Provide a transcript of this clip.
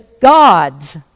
God's